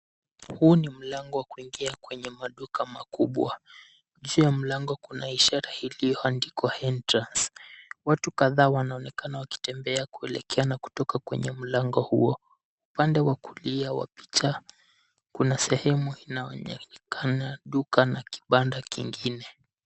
Huu ni mlango wa kuingia kwenye maduka makubwa. Juu ya mlango kuna ishara iliyoandikwa Entrance . Watu kadhaa wanaonekana wakitembea kuelekea na kutoka kwenye mlango huo. Upande wa kulia wa picha kuna sehemu inayoonekana duka na kibanda kingine.